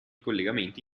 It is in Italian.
collegamenti